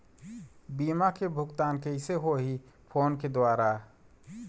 बीमा के भुगतान कइसे होही फ़ोन के द्वारा?